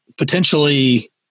potentially